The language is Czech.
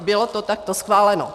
Bylo to takto schváleno.